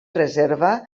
reserva